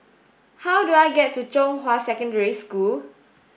how do I get to Zhonghua Secondary School